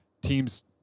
teams